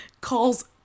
calls